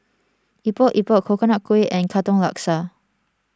Epok Epok Coconut Kuih and Katong Laksa